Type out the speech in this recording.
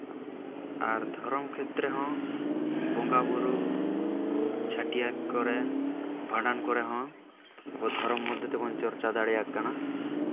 ᱟᱨ ᱫᱷᱚᱨᱚᱢ ᱠᱷᱮᱛᱨᱮ ᱦᱚᱸ ᱵᱚᱸᱜᱟᱼᱵᱩᱨᱩ ᱪᱷᱟᱹᱴᱭᱟᱹᱨ ᱠᱚᱨᱮ ᱵᱷᱟᱸᱰᱟᱱ ᱠᱚᱨᱮ ᱦᱚᱸ ᱟᱵᱚ ᱫᱷᱚᱨᱚᱢ ᱢᱚᱫᱽᱫᱷᱮ ᱛᱮᱵᱚᱱ ᱪᱚᱨᱪᱟ ᱫᱟᱲᱮᱭᱟᱜ ᱠᱟᱱᱟ